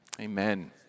Amen